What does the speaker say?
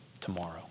tomorrow